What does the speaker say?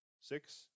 Six